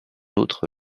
autre